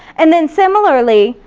and then, similarly,